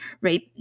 right